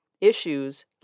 Issues